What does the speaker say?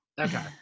Okay